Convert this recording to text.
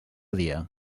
dia